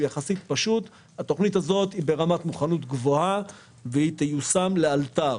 התכנית הזאת היא ברמת מוכנות גבוהה ותיושם לאלתר.